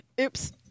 Oops